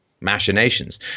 machinations